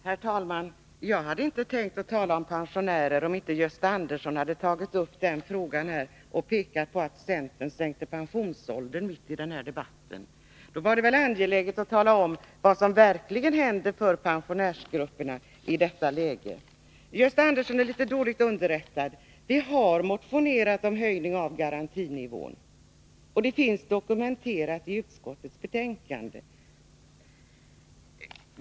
Herr talman! Jag hade inte tänkt tala om pensionärer och skulle inte heller ha gjort det om inte Gösta Andersson tagit upp den frågan och mitt i den här debatten påstått att centern sänkt pensionsåldern. Det var då angeläget att tala om vad som i detta läge verkligen händer för pensionärsgrupperna. Gösta Andersson är litet dåligt underrättad. Vi har motionerat om en höjning av garantinivån. Det finns dokumenterat i utskottets betänkande.